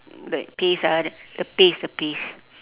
like paste ah the paste the paste